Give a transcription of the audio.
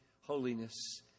holiness